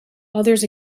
others